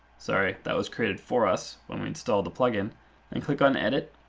sorry that was created for us when we installed the plugin and click on edit,